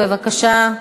בבקשה.